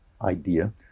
idea